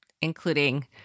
including